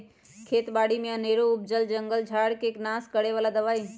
खेत बारि में अनेरो उपजल जंगल झार् के नाश करए बला दबाइ